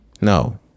no